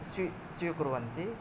स्वीकुर्वन्ति